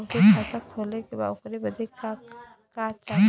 हमके खाता खोले के बा ओकरे बादे का चाही?